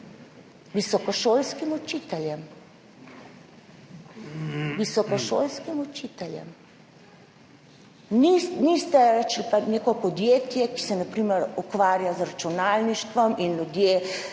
Visokošolskim učiteljem. Niste pa je dali nekemu podjetju, ki se na primer ukvarja z računalništvom in ljudje